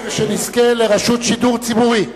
ושנזכה לרשות שידור ציבורית.